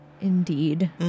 indeed